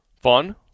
fun